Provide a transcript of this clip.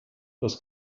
das